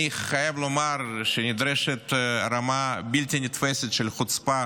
אני חייב לומר שנדרשת רמה בלתי נתפסת של חוצפה